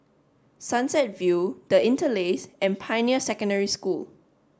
Sunset View The Interlace and Pioneer Secondary School